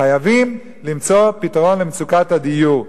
חייבים למצוא פתרון למצוקת הדיור.